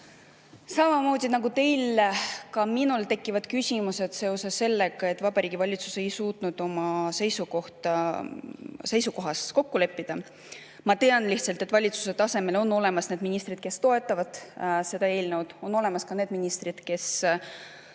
Samamoodi nagu teil tekivad minulgi küsimused seoses sellega, et Vabariigi Valitsus ei suutnud oma seisukohas kokku leppida. Ma tean lihtsalt, et valitsuse tasemel on olemas need ministrid, kes toetavad seda eelnõu, on olemas ka need, kes avaldasid